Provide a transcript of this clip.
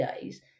days